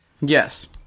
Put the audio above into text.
Yes